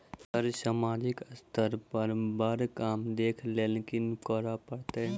Sir सामाजिक स्तर पर बर काम देख लैलकी करऽ परतै?